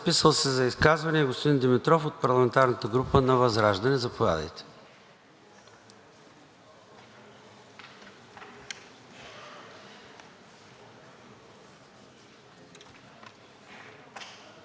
Благодаря, господин Председател. Аз ще използвам думите на колегата господин Дренчев: